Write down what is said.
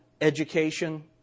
education